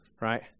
right